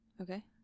Okay